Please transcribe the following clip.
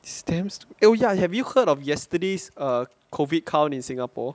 it's damn stup~ oh ya have you heard of yesterday's err COVID count in singapore